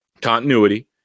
continuity